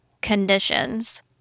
conditions